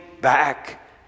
back